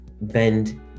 bend